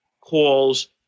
calls